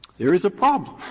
there is a problem,